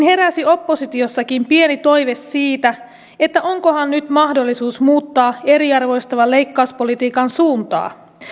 heräsi oppositiossakin pieni toive siitä että onkohan nyt mahdollisuus muuttaa eriarvoistavan leikkauspolitiikan suuntaa